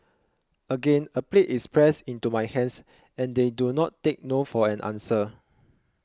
again a plate is pressed into my hands and they do not take no for an answer